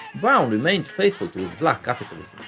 brown remained faithful to his black capitalism.